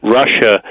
russia